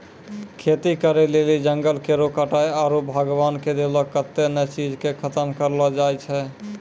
खेती करै लेली जंगल केरो कटाय आरू भगवान के देलो कत्तै ने चीज के खतम करलो जाय छै